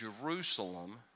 Jerusalem